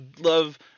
love